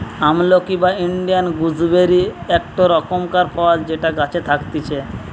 আমলকি বা Indian gooseberry একটো রকমকার ফল যেটা গাছে থাকতিছে